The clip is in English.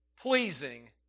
pleasing